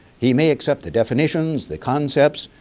he may except the definitions, the concepts.